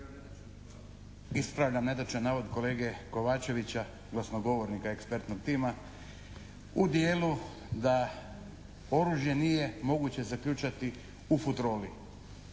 Ispravljam netočan navod kolege Kovačevića, glasnogovornika ekspertnog tima u dijelu da oružje nije moguće zaključati u futroli.